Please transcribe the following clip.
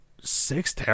six